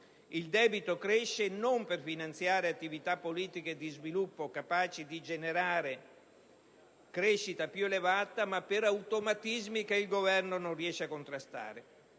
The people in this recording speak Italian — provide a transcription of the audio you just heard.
il debito cresce non per finanziare attive politiche di sviluppo capaci di generare crescita più elevata, ma per automatismi che il Governo non riesce a contrastare.